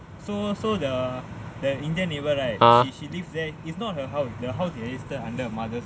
so so the the indian neighbour right she live there is not her house the house is regeistered under mother's